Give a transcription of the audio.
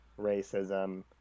racism